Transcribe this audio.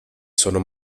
sono